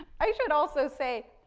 i should also say,